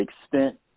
extent